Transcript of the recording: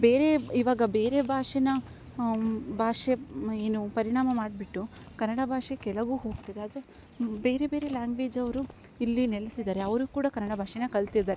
ಬೇರೆ ಇವಾಗ ಬೇರೆ ಭಾಷೆಯ ಭಾಷೆ ಏನು ಪರಿಣಾಮ ಮಾಡಿಬಿಟ್ಟು ಕನ್ನಡ ಭಾಷೆ ಕೆಳಗೆ ಹೋಗ್ತಿದೆ ಆದರೆ ಬೇರೆ ಬೇರೆ ಲ್ಯಾಂಗ್ವೇಜವರು ಇಲ್ಲಿ ನೆಲೆಸಿದಾರೆ ಅವರು ಕೂಡ ಕನ್ನಡ ಭಾಷೆಯ ಕಲ್ತಿದ್ದಾರೆ